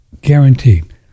Guaranteed